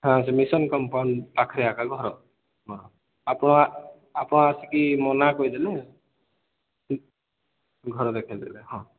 ହଁ ଯେ mission compound ପାଖରେ ଏକା ଘର ହଁ ଆପଣ ଆପଣ ଆସିକି ମୋ ନାଁ କହିଦେଲେ ଠିକ୍ ଘର ଦେଖେଇଦେବେ ହଁ